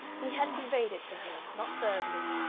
he had conveyed it to her, not verbally,